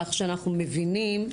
כך שאנחנו מבינים,